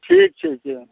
ठीक छै जे हम